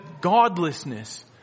godlessness